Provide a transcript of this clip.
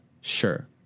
Sure